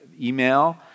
email